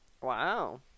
Wow